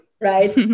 right